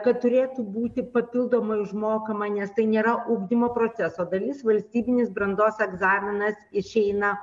kad turėtų būti papildomai užmokama nes tai nėra ugdymo proceso dalis valstybinis brandos egzaminas išeina